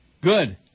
Good